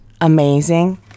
amazing